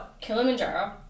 Kilimanjaro